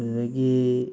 ꯑꯗꯨꯗꯒꯤ